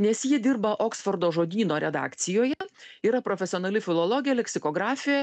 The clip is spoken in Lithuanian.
nes ji dirba oksfordo žodyno redakcijoje yra profesionali filologė leksikografė